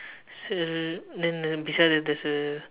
s~ then uh beside it there's a